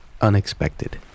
unexpected